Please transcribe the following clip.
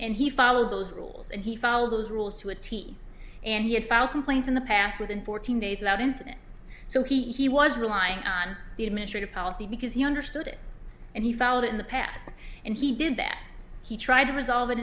he followed those rules and he followed those rules to a tee and yet filed complaints in the past within fourteen days of that incident so he was relying on the administrative policy because he understood it and he followed it in the past and he did that he tried to resolve it